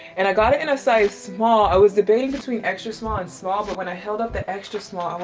and i got it in a size small. i was debating between extra small and small, but when i held up the extra small,